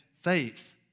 faith